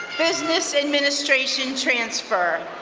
business administration transfer.